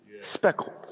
speckled